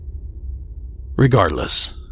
regardless